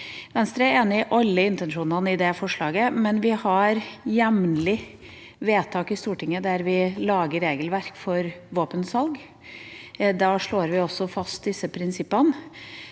Venstre er enig i alle intensjonene i forslaget, men vi har jevnlig vedtak i Stortinget der vi lager regelverk for våpensalg. Da slår vi også fast disse prinsippene,